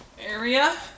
area